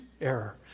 error